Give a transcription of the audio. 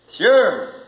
Sure